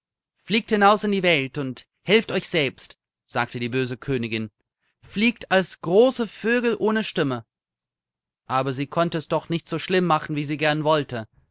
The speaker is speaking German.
fliegt hinaus in die welt und helft euch selbst sagte die böse königin fliegt als große vögel ohne stimme aber sie konnte es doch nicht so schlimm machen wie sie gern wollte